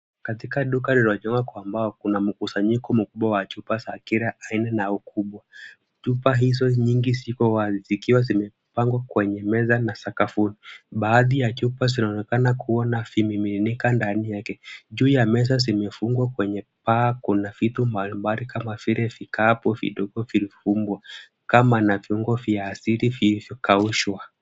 Katika duka lililojengwa kwa mbao kuna mkusanyiko mkubwa wa chupa za kila aina na ukubwa. Chupa hizo nyingi ziko wazi zikiwa zimepangwa kwenye meza na sakafuni. Baadhi ya chupa zinaonekana kuwa na vimiminika ndani yake. Juu ya meza zimefungwa kwenye paa kuna vitu mbalimbali kama vile vikapu vidogo vimefungwa kamba na viungo vya asili vilivyokaushwa.